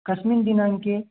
कस्मिन् दिनाङ्के